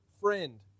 friend